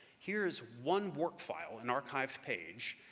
here's one work file, an archived page,